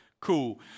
Cool